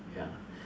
ya